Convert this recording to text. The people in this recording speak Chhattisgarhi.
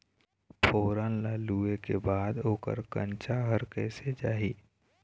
फोरन ला लुए के बाद ओकर कंनचा हर कैसे जाही?